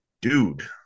dude